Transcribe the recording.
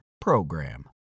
PROGRAM